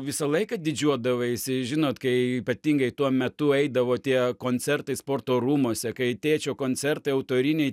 visą laiką didžiuodavaisi žinot kai ypatingai tuo metu eidavo tie koncertai sporto rūmuose kai tėčio koncertai autoriniai